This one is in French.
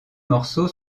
morceaux